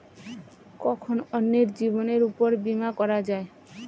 কখন অন্যের জীবনের উপর বীমা করা যায়?